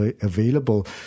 available